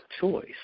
choice